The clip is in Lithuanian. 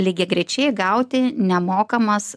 lygiagrečiai gauti nemokamas